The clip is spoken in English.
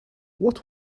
what